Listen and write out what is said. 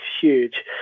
huge